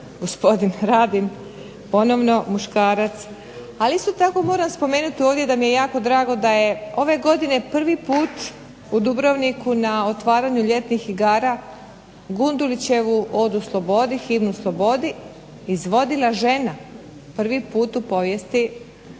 gospodin Radin ponovno muškarac, ali isto tako moram spomenuti ovdje da je ove godine prvi put u Dubrovniku na otvaranju ljetnih igara Gundulićevu odu Slobodi izvodila žena, prvi put u povijesti ljetnih